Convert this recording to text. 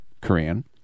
Korean